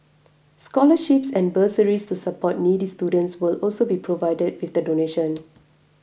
scholarships and bursaries to support needy students will also be provided with the donation